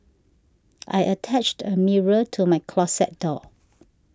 I attached a mirror to my closet door